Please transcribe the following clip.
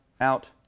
out